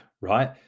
right